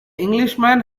englishman